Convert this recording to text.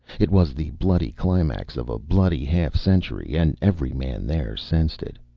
it was the bloody climax of a bloody half-century, and every man there sensed it.